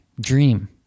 Dream